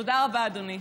תודה רבה, אדוני.